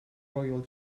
royal